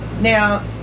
now